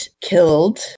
killed